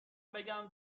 بگم